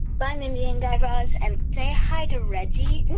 bye, mindy and guy raz, and say hi to reggie.